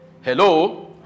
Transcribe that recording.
Hello